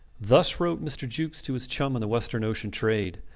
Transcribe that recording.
thus wrote mr. jukes to his chum in the western ocean trade,